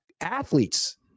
athletes